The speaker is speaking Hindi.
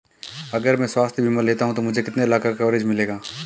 अगर मैं स्वास्थ्य बीमा लेता हूं तो मुझे कितने लाख का कवरेज मिलेगा?